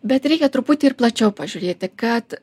bet reikia truputį ir plačiau pažiūrėti kad